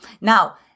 Now